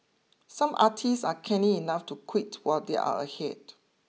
some artists are canny enough to quit while they are ahead